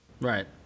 Right